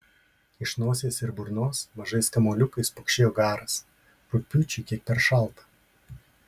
iš nosies ir burnos mažais kamuoliukais pukšėjo garas rugpjūčiui kiek per šalta